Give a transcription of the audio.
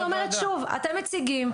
לכן אני אומרת שוב: אתם מציגים,